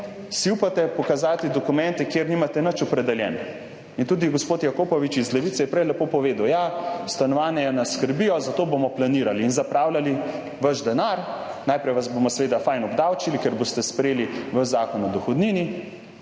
si upate pokazati dokumente, kjer nimate nič opredeljeno. Tudi gospod Jakopovič iz Levice je prej lepo povedal: ja, stanovanja nas skrbijo, zato bomo planirali in zapravljali vaš denar, najprej vas bomo seveda fajn obdavčili. Ker boste sprejeli v zakonu o dohodnini,